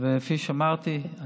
כפי שאמרתי,